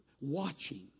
Watching